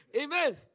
Amen